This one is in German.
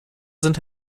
sind